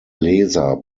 leser